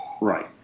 Right